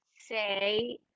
say